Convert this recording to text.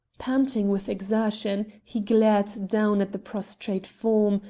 panting with exertion, he glared down at the prostrate form,